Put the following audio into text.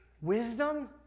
wisdom